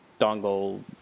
dongle